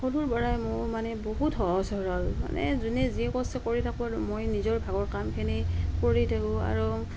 সৰুৰ পৰাই মোৰ মানে বহুত সহজ সৰল মানে যোনে যি কৰিছে কৰি থাকক আৰু মই নিজৰ ভাগৰ কামখিনি কৰি থাকোঁ আৰু